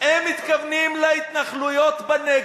הם מתכוונים להתנחלויות בנצרת-עילית,